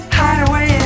hideaway